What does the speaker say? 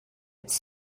its